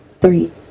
three